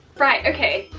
right, okay,